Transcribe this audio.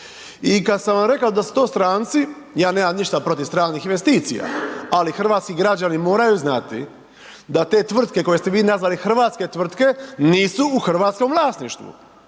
I kada sam vam rekao da su to stranci, ja nemam ništa protiv stranih investicija, ali hrvatski građani moraju znati, da te tvrtke koje ste vi nazvali hrvatske tvrtke, nisu u hrvatskom vlasništvu.